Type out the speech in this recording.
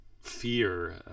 fear